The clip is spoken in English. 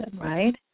right